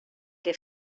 que